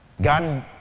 God